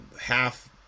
half